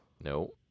No